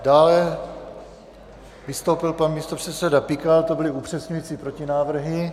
Dále vystoupil pan místopředseda Pikal, to byly upřesňující protinávrhy.